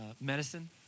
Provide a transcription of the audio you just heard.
medicine